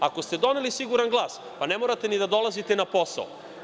Ako ste doneli „siguran glas“, ne morate ni da dolazite na posao.